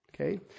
Okay